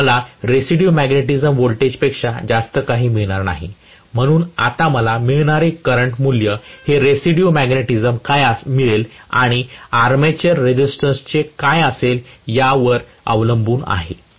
मला residue magnetism व्होल्टेजपेक्षा जास्त काही मिळणार नाही म्हणून आता मला मिळणारे करंट मूल्य हेरेसिड्यू मॅग्नेटिझम काय मिळेल आणि आर्मेचर रेझिस्टन्सचे काय असेल यावर अवलंबून आहे